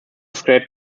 scraped